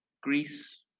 Greece